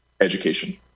education